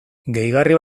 gehigarri